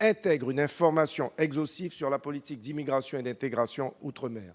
A intègre une information exhaustive sur la politique d'immigration et d'intégration outre-mer.